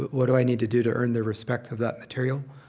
what do i need to do to earn the respect of that material?